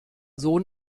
sohn